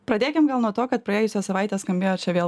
pradėkim gal nuo to kad praėjusią savaitę skambėjo čia vėl